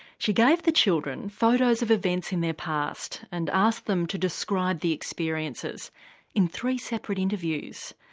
she gave the children photos of events in their past and asked them to describe the experiences in three separate interviews.